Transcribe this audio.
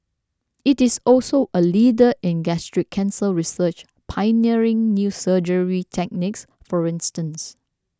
it is also a leader in gastric cancer research pioneering new surgery techniques for instance